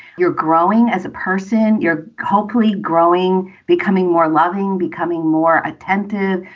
you're growing as a person. you're hopefully growing, becoming more loving, becoming more attentive,